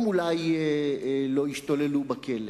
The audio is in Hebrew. הם אולי לא ישתוללו בכלא,